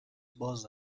باز